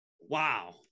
Wow